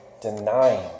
denying